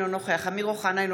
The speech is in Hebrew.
אינו נוכח אמיר אוחנה,